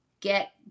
get